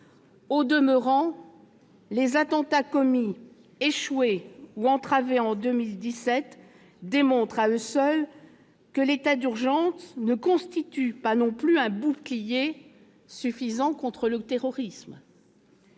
Au demeurant, les attentats commis, échoués ou entravés en 2017 démontrent à eux seuls que l'état d'urgence ne constitue pas non plus un bouclier contre le terrorisme.